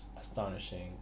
Astonishing